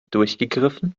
durchgegriffen